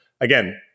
again